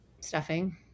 Stuffing